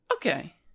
Okay